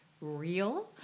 real